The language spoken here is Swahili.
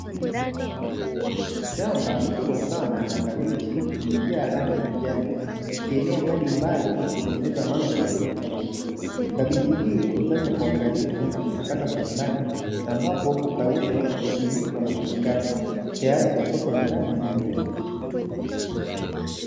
Shamba kubwa sana la kabichi limejaa rangi ya kijani ikienea hadi mbali ikitengeneza mandhari ya kuvutia. Kabichi hii hukusanywa kwa uangalifu na kuchakatwa kiwandani ambapo hukaushwa, husindikwa na kufungashwa tayari kwa soko la ndani na nje ya nchi.